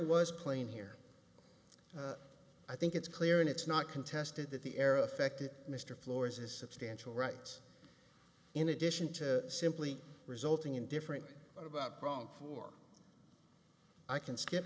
was playing here i think it's clear and it's not contested that the air affected mr floors is substantial rights in addition to simply resulting in different about prague for i can skip